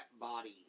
body